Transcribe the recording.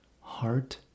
heart